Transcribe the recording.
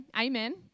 amen